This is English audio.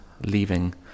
leaving